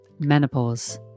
Menopause